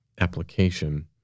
application